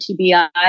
TBI